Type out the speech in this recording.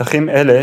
מתחים אלה,